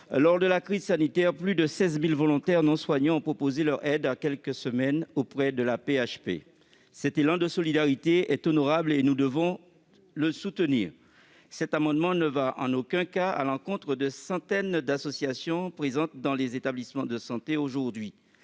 Lors de la crise sanitaire, plus de 16 000 volontaires non soignants ont proposé leur aide auprès de l'AP-HP. Cet élan de solidarité est honorable, et nous devons le soutenir. Les dispositions de cet amendement ne vont en aucun cas à l'encontre des centaines d'associations présentes dans les établissements de santé.